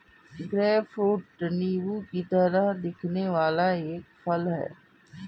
grapefruit नींबू की तरह दिखने वाला एक फल है